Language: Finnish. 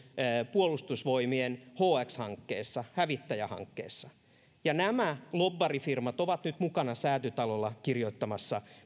puolustusvoimien hx hankkeessa hävittäjähankkeessa myös nämä lobbarifirmat ovat nyt mukana säätytalolla kirjoittamassa